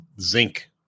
zinc